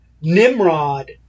Nimrod